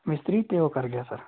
ਮਿਸਤਰੀ ਅਤੇ ਉਹ ਕਰ ਗਿਆ ਸਰ